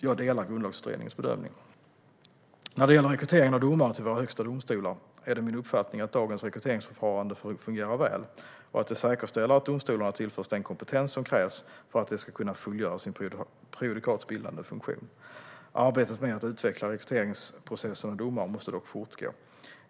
Jag delar Grundlagsutredningens bedömning. När det gäller rekryteringen av domare till våra högsta domstolar är det min uppfattning att dagens rekryteringsförfarande fungerar väl och att det säkerställer att domstolarna tillförs den kompetens som krävs för att de ska kunna fullgöra sin prejudikatbildande funktion. Arbetet med att utveckla rekryteringsprocessen av domare måste dock fortgå.